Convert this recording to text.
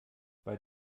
bei